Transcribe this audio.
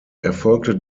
erfolgte